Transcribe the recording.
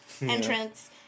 entrance